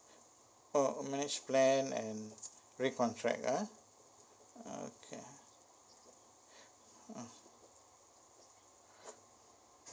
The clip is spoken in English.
oh manage plan and re contract ah okay ah